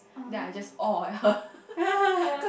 ah